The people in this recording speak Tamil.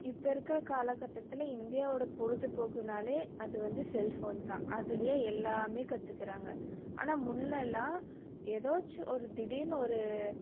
இப்போ இருக்கிற காலக்கட்டத்தில் இந்தியாவோட பொழுதுபோக்குன்னாலே அது வந்து செல்ஃபோன் தான் அதுலேயே எல்லாமே கற்றுக்குறாங்க ஆனால் முன்னலாம் எதாச்சும் ஒரு திடீர்னு ஒரு